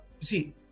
see